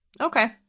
Okay